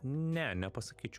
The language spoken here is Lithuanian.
ne nepasakyčiau